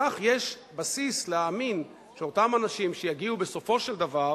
וכך יש בסיס להאמין שאותם אנשים שיגיעו בסופו של דבר